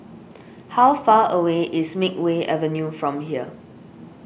how far away is Makeway Avenue from here